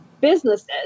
businesses